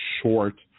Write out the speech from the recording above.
short